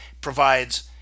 provides